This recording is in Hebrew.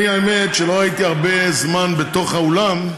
אני, האמת, לא הייתי הרבה זמן בתוך האולם,